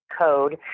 code